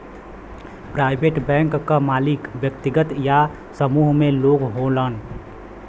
private bank क मालिक व्यक्तिगत या समूह में लोग होलन